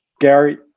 Gary